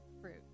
fruit